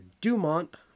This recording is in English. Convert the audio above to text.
Dumont